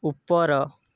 ଉପର